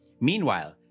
Meanwhile